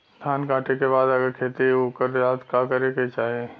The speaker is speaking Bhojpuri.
धान कांटेके बाद अगर खेत उकर जात का करे के चाही?